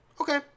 okay